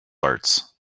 arts